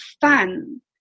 fun